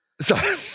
Sorry